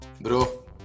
Bro